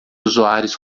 usuários